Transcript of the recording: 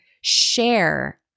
share